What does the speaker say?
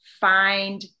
find